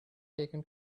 taken